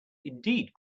indeed